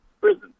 prison